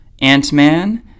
Ant-Man